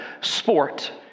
sport